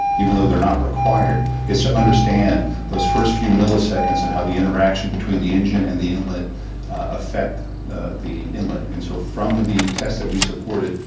even though they're not required, it's to understand those first few milliseconds and how the interaction between the engine and the inlet affect the the inlet, and so from the test that we supported,